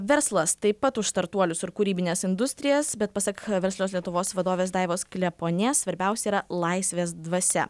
verslas taip pat už startuolius ir kūrybines industrijas bet pasak verslios lietuvos vadovės daivos kleponies svarbiausia yra laisvės dvasia